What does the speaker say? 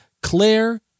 Claire